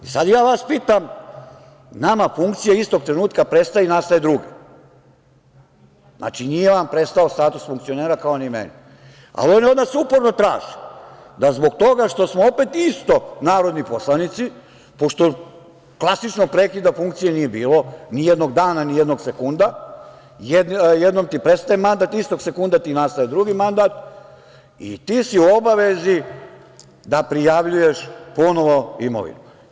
Sad ja vas pitam, nama funkcija istog trenutka prestaje i nastaje druga, znači, nije vam prestao status funkcionera kao ni meni, ali oni od nas uporno traže da zbog toga što smo opet isto narodni poslanici, pošto klasičnog prekida funkcije nije bilo, nijednog dana, nijednog sekunda, jednom ti prestaje mandat, istog sekunda ti nastaje drugi mandat, i ti si u obavezi da prijavljuješ ponovo imovinu.